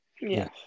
Yes